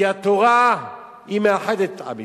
כי התורה היא מאחדת את עם ישראל.